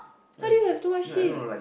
how do you have too much cheese